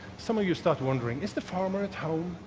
some of you start wondering, is the farmer at home?